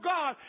God